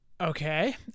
Okay